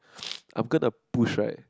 I'm gonna to push right